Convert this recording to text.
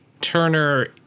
Turner